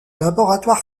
laboratoire